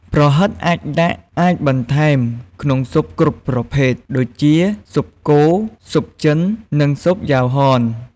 ប្រហិតអាចដាក់ អាចបន្ថែមក្នុងស៊ុបគ្រប់ប្រភេទ ដូចជាស៊ុបគោ ស៊ុបចិន និងស៊ុបយ៉ាវហន។